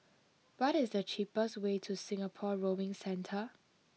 what is the cheapest way to Singapore Rowing Centre